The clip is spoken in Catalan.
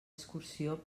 excursió